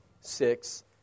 six